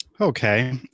okay